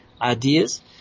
ideas